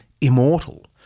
immortal